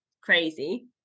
crazy